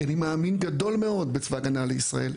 כי אני מאמין גדול בצבא הגנה לישראל.